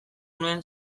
nuen